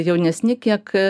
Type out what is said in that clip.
jaunesni kiek